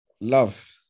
Love